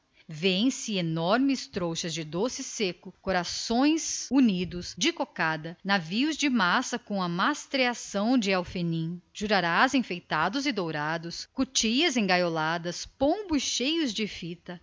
vêem-se enormes trouxas de doce seco corações unidos de cocada navios de massa com mastreação de alfenim jurarás dourados cutias enfeitadas dentro da gaiola pombos cheios de fitas